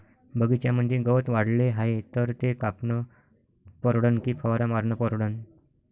बगीच्यामंदी गवत वाढले हाये तर ते कापनं परवडन की फवारा मारनं परवडन?